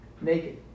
Naked